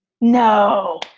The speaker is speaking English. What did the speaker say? No